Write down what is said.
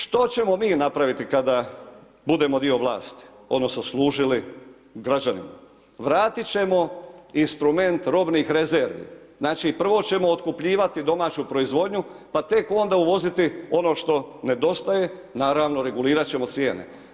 Što ćemo mi napraviti kada budemo dio vlasti, odnosno služili građanima, vratit ćemo instrument robnih rezervi, znači prvo ćemo otkupljivati domaću proizvodnju, pa tek onda uvoziti ono što nedostaje, naravno regulirat ćemo cijene.